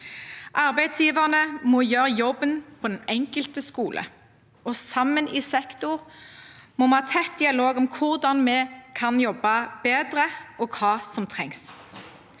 Arbeidsgiverne må gjøre jobben på den enkelte skole, og i sektoren må vi sammen ha tett dialog om hvordan vi kan jobbe bedre, og hva som trengs.